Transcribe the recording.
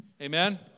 Amen